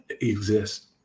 exist